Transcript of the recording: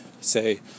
say